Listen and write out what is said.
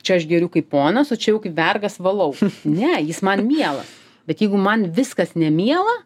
čia aš geriu kaip ponas o čia jau kaip vergas valau ne jis man mielas bet jeigu man viskas nemiela